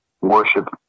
worship